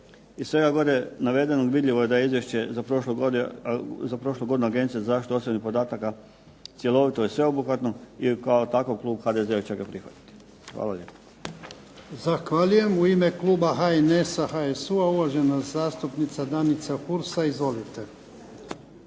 Iz svega gore navedenog vidljivo je da je izvješće za prošlu godinu Agencije za zaštitu osobnih podataka cjelovito i sveobuhvatno i kao takvo klub HDZ-a će ga prihvatiti. Hvala lijepo. **Jarnjak, Ivan (HDZ)** Zahvaljujem. U ime kluba HNS-HSU-a uvažena zastupnica Danica Hursa. Izvolite.